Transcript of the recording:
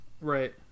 Right